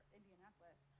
Indianapolis